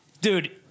Dude